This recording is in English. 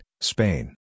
Spain